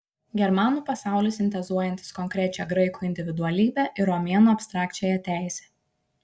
germanų pasaulis sintezuojantis konkrečią graikų individualybę ir romėnų abstrakčiąją teisę